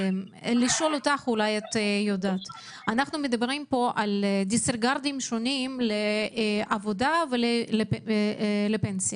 אנחנו מדברים על דיסריגרדים שונים לעבודה ולפנסיה.